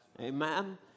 Amen